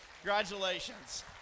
Congratulations